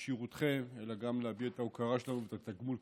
כשירותכם אלא גם להביא את ההוקרה שלנו ואת התגמול,